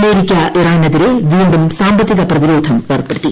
America ഇറാനെതിരെ പ്പീ ും സാമ്പത്തിക ഉപരോധം ഏർപ്പെടുത്തി